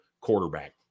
quarterback